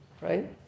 Right